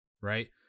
right